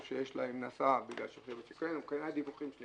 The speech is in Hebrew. או מנסה לבדוק דיווחים.